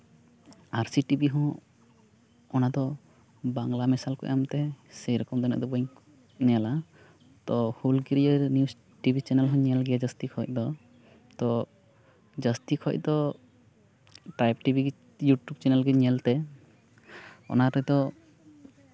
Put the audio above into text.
ᱟᱨᱥᱤ TV ᱦᱚᱸ ᱚᱱᱟ ᱫᱚ ᱵᱟᱝᱞᱟ ᱢᱮᱥᱟᱞ ᱠᱚ ᱮᱢ ᱛᱮ ᱥᱮᱨᱚᱠᱚᱢ ᱤᱱᱟᱹᱜ ᱫᱚ ᱵᱟᱹᱧ ᱧᱮᱞᱟ ᱛᱚ ᱦᱩᱞᱜᱤᱨᱟᱹᱭᱟᱹ ᱱᱤᱭᱩᱡ ᱴᱤᱵᱷᱤ ᱪᱮᱱᱮᱞ ᱦᱩᱧ ᱧᱮᱞ ᱜᱮᱭᱟ ᱡᱟᱹᱥᱛᱤ ᱠᱷᱚᱡ ᱫᱚ ᱛᱚ ᱡᱟᱹᱥᱛᱤ ᱠᱷᱚᱡ ᱫᱚ ᱴᱨᱟᱭᱤᱵᱽ ᱴᱤᱵᱷᱤ ᱜᱮ ᱤᱭᱩᱴᱩᱵ ᱪᱮᱱᱮᱞ ᱜᱤᱧ ᱧᱮᱞᱛᱮ ᱚᱱᱟ ᱨᱮᱫᱚ